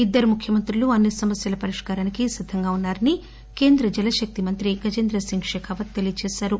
ఇద్దరు ముఖ్యమంత్రులు అన్ని సమస్యల పరిష్కారానికి సిద్దంగా ఉన్నారని కేంద్ర జలశక్తి మంత్రి గజేంద్రసింగ్ శెఖావత్ తెలియ చేశారు